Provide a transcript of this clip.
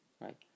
right